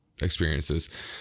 experiences